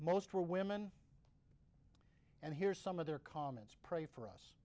most were women and here's some of their comments pray for us